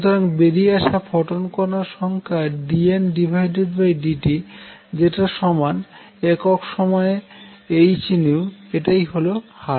সুতরাং বেরিয়ে আসা ফোটন কনার সংখ্যা d N d t যেটা সমান একক সময়ে h এটাই হল হার